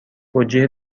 توجیه